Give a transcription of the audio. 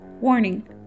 Warning